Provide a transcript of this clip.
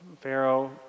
Pharaoh